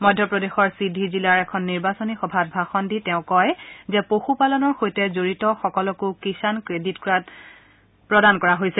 মধ্যপ্ৰদেশৰ ছিধি জিলাৰ এখন নিৰ্বাচনী সভাত ভাষণ দি তেওঁ কয় যে পশু পালনৰ সৈতে জড়িত সকলোকো কিষাণ ক্ৰেডিট কাৰ্ড প্ৰদান কৰা হৈছে